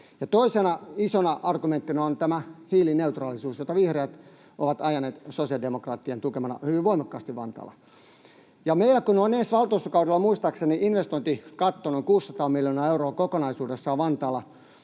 toisena isona argumenttina on tämä hiilineutraalisuus, jota vihreät ovat ajaneet sosiaalidemokraattien tukemana hyvin voimakkaasti Vantaalla. Meillä kun on ensi valtuustokaudella investointikatto muistaakseni noin 600 miljoonaa euroa kokonaisuudessaan Vantaalla,